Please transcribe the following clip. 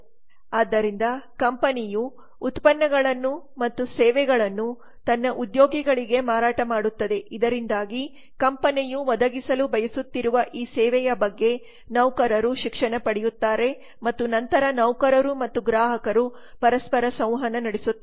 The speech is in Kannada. ಆದ್ದರಿಂದ ಕಂಪನಿಯು ಉತ್ಪನ್ನಗಳನ್ನು ಮತ್ತು ಸೇವೆಗಳನ್ನು ತನ್ನ ಉದ್ಯೋಗಿಗಳಿಗೆ ಮಾರಾಟ ಮಾಡುತ್ತದೆ ಇದರಿಂದಾಗಿ ಕಂಪನಿಯು ಒದಗಿಸಲು ಬಯಸುತ್ತಿರುವ ಈ ಸೇವೆಯ ಬಗ್ಗೆ ನೌಕರರು ಶಿಕ್ಷಣ ಪಡೆಯುತ್ತಾರೆ ಮತ್ತು ನಂತರ ನೌಕರರು ಮತ್ತು ಗ್ರಾಹಕರು ಪರಸ್ಪರ ಸಂವಹನ ನಡೆಸುತ್ತಾರೆ